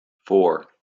four